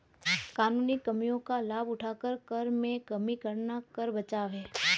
कानूनी कमियों का लाभ उठाकर कर में कमी करना कर बचाव है